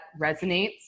resonates